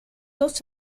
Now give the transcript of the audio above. dos